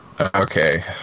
Okay